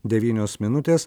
devynios minutės